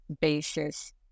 basis